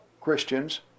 Christians